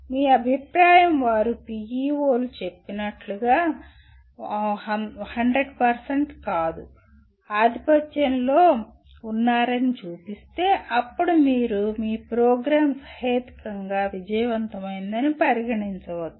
మీ అభిప్రాయం వారు PEO లు చెప్పినట్లుగా వారు 100 కాదు ఆధిపత్యంలో ఉన్నారని చూపిస్తే అప్పుడు మీరు మీ ప్రోగ్రామ్ సహేతుకంగా విజయవంతమయిందని పరిగణించవచ్చు